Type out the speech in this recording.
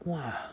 !wah!